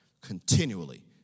continually